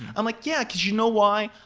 i'm like, yeah, because you know why?